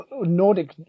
Nordic